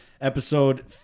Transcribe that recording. episode